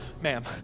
Ma'am